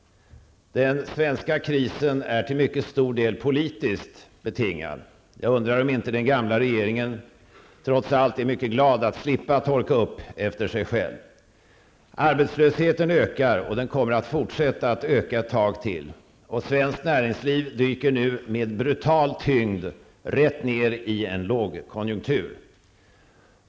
Den svenska krisen är till mycket stor del politiskt betingad. Jag undrar om inte den gamla regeringen trots allt är mycket glad över att slippa torka upp efter sig själv. Arbetslösheten ökar, och den kommer att fortsätta att öka en tid till. Svenskt näringsliv dyker nu med brutal tyngd rätt ned i en lågkonjunktur.